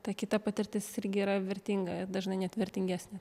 ta kita patirtis irgi yra vertinga ir dažnai net vertingesnė